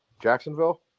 Jacksonville